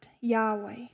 Yahweh